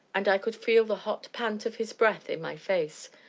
and i could feel the hot pant of his breath in my face,